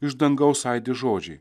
iš dangaus aidi žodžiai